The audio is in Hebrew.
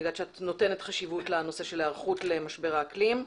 יודעת שאת נותנת חשיבות לנושא של היערכות למשבר האקלים.